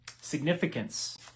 significance